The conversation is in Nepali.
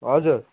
हजुर